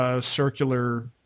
circular